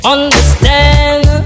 Understand